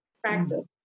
Practice